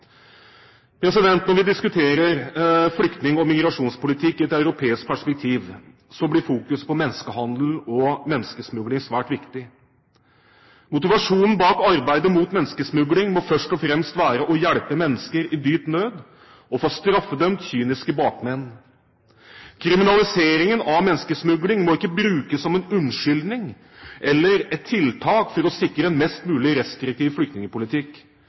Når vi diskuterer flyktning- og migrasjonspolitikk i et europeisk perspektiv, blir fokuset på menneskehandel og menneskesmugling svært viktig. Motivasjonen bak arbeidet mot menneskesmugling må først og fremst være å hjelpe mennesker i dyp nød og å få straffedømt kyniske bakmenn. Kriminaliseringen av menneskesmugling må ikke brukes som en unnskyldning eller et tiltak for å sikre en mest mulig restriktiv